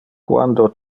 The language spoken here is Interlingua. quando